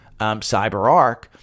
CyberArk